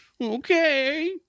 Okay